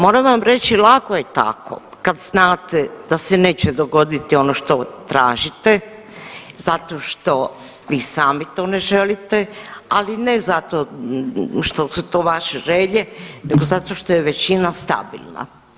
Moram vam reći lako je tako kad znate se neće dogoditi ono što tražite zato što vi sami to ne želite, ali ne zato što su to vaše želje nego zato što je većina stabilna.